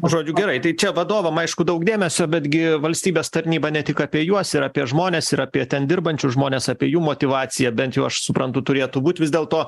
žodžiu gerai tai čia vadovam aišku daug dėmesio betgi valstybės tarnyba ne tik apie juos ir apie žmones ir apie ten dirbančius žmones apie jų motyvaciją bent jau aš suprantu turėtų būt vis dėlto